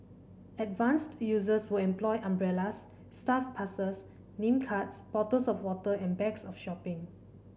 advanced users will employ umbrellas staff passes name cards bottles of water and bags of shopping